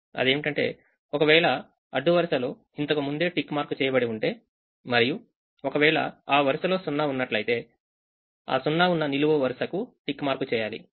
అదేమిటంటే ఒకవేళ అడ్డు వరుసలో ఇంతకు ముందే టిక్ మార్క్ చేయబడి ఉంటే మరియు ఒకవేళఆ వరుసలో 0 ఉన్నట్లయితే ఆ 0 ఉన్న నిలువు వరుసకు టిక్ మార్క్ చేయాలి